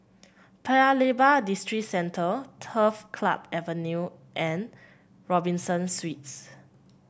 Paya Lebar Districentre Turf Club Avenue and Robinson Suites